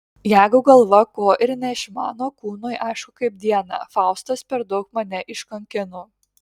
jeigu galva ko ir neišmano kūnui aišku kaip dieną faustas per daug mane iškankino